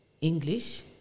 English